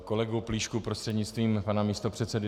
Ke kolegovi Plíškovi prostřednictvím pana místopředsedy.